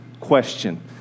question